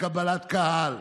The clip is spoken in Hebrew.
בקבלת קהל,